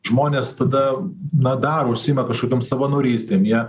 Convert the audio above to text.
žmonės tada na daro užsiima kažkokiom savanorystėm jie